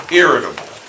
irritable